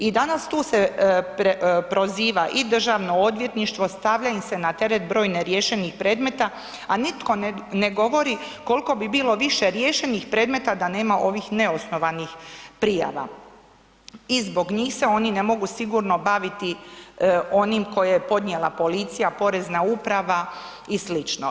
I danas tu se proziva i Državno odvjetništvo, stavlja im se na teret broj neriješenih predmeta a nitko ne govori koliko bi bilo više riješenih predmeta da nema ovih neosnovanih prijava i zbog njih se oni ne mogu sigurno baviti onim koje je podnijela policija, Porezna uprava i sl.